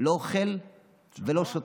לא אוכל ולא שותה.